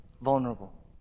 vulnerable